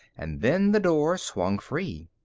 and then the door swung free.